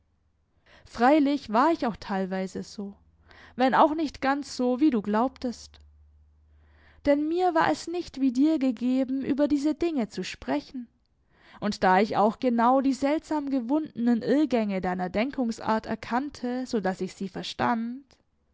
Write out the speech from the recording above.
freilich war ich auch teilweise so wenn auch nicht ganz so wie du glaubtest denn mir war es nicht wie dir gegeben über diese dinge zu sprechen und da ich auch genau die seltsam gewundenen irrgänge deiner denkungsart erkannte so daß ich sie verstand